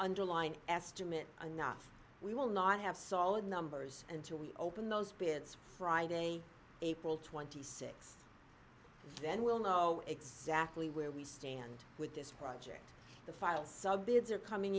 underline estimate enough we will not have solid numbers until we open those bits friday april th then we'll know exactly where we stand with this project the file sub bids are coming